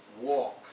walk